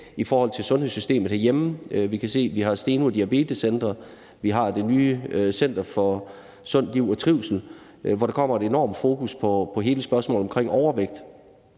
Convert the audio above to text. i forhold til sundhedssystemet herhjemme. Og vi kan se det, i forhold til at vi har Steno Diabetes Center og det nye Center for Sundt Liv og Trivsel, hvor der kommer et enormt fokus på hele spørgsmålet omkring overvægt.